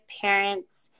parents